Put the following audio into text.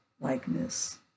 likeness